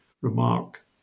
remark